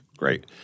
Great